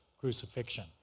crucifixion